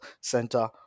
center